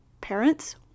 parents